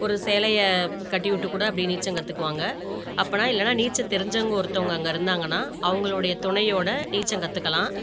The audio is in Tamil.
ஒரு சேலையைக் கட்டி விட்டுக் கூட அப்படி நீச்சல் கற்றுக்குவாங்க அப்படின்னா இல்லைன்னா நீச்சல் தெரிஞ்சவங்க ஒருத்தவங்க அங்கே இருந்தாங்கன்னால் அவங்களுடைய துணையோடு நீச்சல் கற்றுக்கலாம்